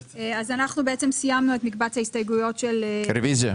סיימנו את מקבץ ההסתייגויות הזה.